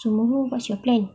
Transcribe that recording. tomorrow what's your plan